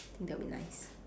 I think that'll be nice